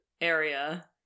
area